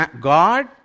God